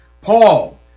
Paul